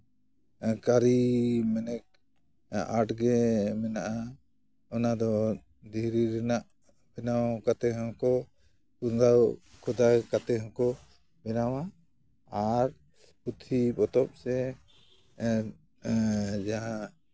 ᱠᱟᱹᱨᱤ ᱢᱮᱱᱮᱠ ᱟᱨᱴ ᱜᱮ ᱢᱮᱱᱟᱜᱼᱟ ᱚᱱᱟ ᱫᱚ ᱫᱷᱤᱨᱤ ᱨᱮᱱᱟᱜ ᱵᱮᱱᱟᱣ ᱠᱟᱛᱮ ᱦᱚᱸᱠᱚ ᱠᱷᱳᱫᱟᱭ ᱠᱷᱳᱫᱟᱭ ᱠᱟᱛᱮ ᱦᱚᱸᱠᱚ ᱵᱮᱱᱟᱣᱟ ᱟᱨ ᱯᱩᱛᱷᱤ ᱯᱚᱛᱚᱵ ᱥᱮ ᱡᱟᱦᱟᱸ